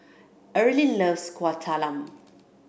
Erling loves Kueh Talam